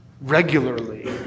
regularly